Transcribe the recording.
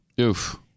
Oof